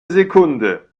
sekunde